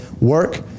work